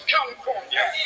California